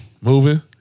Moving